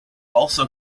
also